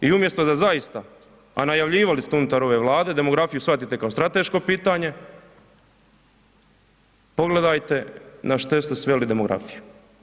I umjesto da zaista, a najavljivali ste unutar ove Vlade demografiju shvatite kao strateško pitanje, pogledajte na što ste sveli demografiju.